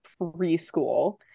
preschool